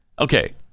Okay